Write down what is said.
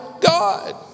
God